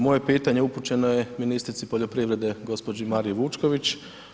Moje pitanje upućeno je ministrici poljoprivrede, gđi. Mariji Vučković.